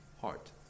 heart